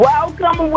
Welcome